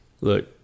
look